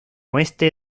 oeste